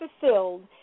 fulfilled